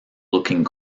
looking